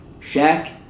Shaq